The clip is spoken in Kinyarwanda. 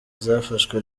zafashe